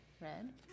red